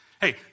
hey